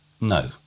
No